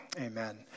amen